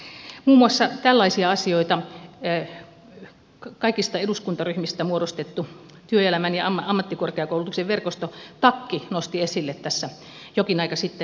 muun muassa tällaisia asioita kaikista eduskuntaryhmistä muodostettu työelämän ja ammattikorkeakoulutuksen verkosto takki nosti esille tässä jokin aika sitten